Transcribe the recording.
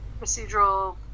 procedural